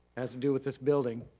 has to do with this building.